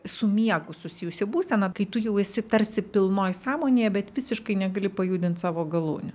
su miegu susijusi būsena kai tu jau esi tarsi pilnoj sąmonėje bet visiškai negali pajudint savo galūnių